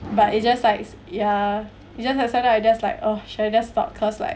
but it's just like it's ya you just have sometimes I just like oh should I just stop cause like